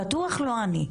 בטוח לא אני.